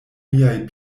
miaj